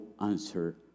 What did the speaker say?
answer